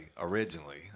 originally